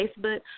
Facebook